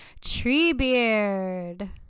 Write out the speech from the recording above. Treebeard